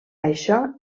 això